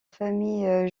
famille